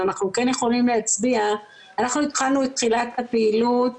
אנחנו התחלנו את תחילת הפעילות